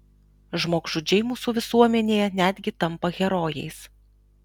žmogžudžiai mūsų visuomenėje netgi tampa herojais